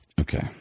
Okay